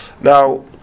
Now